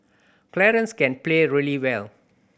Clarence can play really well